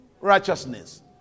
righteousness